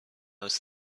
was